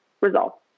results